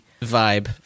vibe